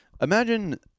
imagine